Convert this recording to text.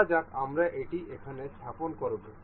ধরা যাক আমরা এটি এখানে স্থাপন করব